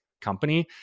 company